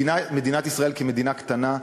מדינת ישראל, כמדינה קטנה,